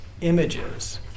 images